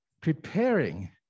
preparing